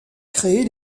créer